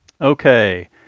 Okay